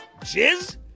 jizz